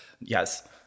yes